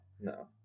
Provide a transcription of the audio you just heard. No